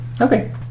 Okay